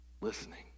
listening